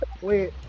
wait